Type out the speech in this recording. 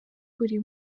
buri